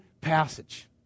passage